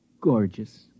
gorgeous